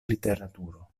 literaturo